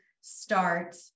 start